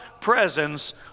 presence